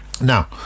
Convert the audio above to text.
now